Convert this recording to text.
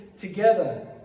together